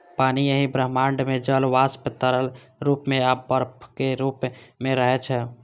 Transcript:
पानि एहि ब्रह्मांड मे जल वाष्प, तरल रूप मे आ बर्फक रूप मे रहै छै